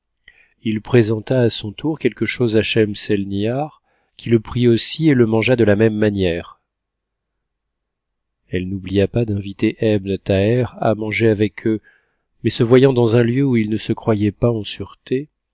il présenta à son tour quelque chose à schemsemibar qui le prit aussi et le mangea de la même manière elle n'oublia pas d'inviter ebn thaher a manger avec eux mais se voyant dans un lieu ou il ne se croyait pas en sûreté